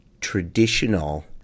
traditional